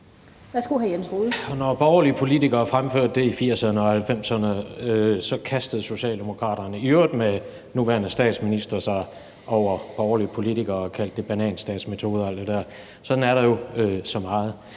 Når borgerlige politikere fremførte det i 1980'erne og 1990'erne, kastede Socialdemokraterne – i øvrigt med den nuværende statsminister – sig over borgerlige politikere og kaldte det bananstatsmetoder og alt det der. Sådan er der jo så meget.